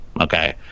Okay